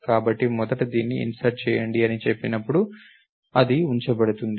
కాబట్టి మొదట దీన్ని ఇన్సర్ట్ చేయండి అని చెప్పినప్పుడు అది ఉంచబడుతుంది